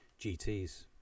gts